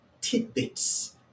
tidbits